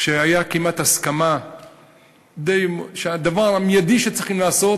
כשהייתה כמעט הסכמה שהדבר המיידי שצריכים לעשות,